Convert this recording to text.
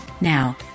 Now